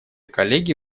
коллеги